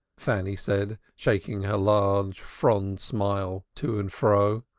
fanny said, shaking her large fond smile to and fro.